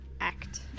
act